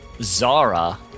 Zara